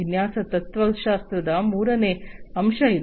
ವಿನ್ಯಾಸ ತತ್ತ್ವಶಾಸ್ತ್ರದ ಮೂರನೇ ಅಂಶ ಇದು